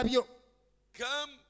Come